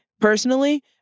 personally